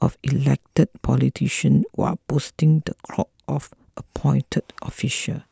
of elected politician while boosting the clout of appointed officials